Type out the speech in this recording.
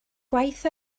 gwaith